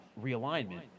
realignment